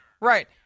Right